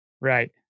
Right